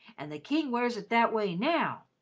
and the king wears it that way now,